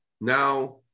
Now